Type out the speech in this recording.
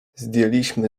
zdjęliśmy